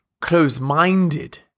Close-minded